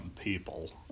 people